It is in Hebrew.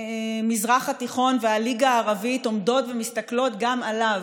המזרח התיכון והליגה הערבית עומדים ומסתכלים גם עליו,